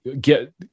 get